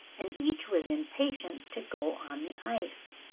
and each was impatient to go on the ice,